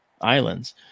Islands